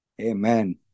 Amen